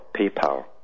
PayPal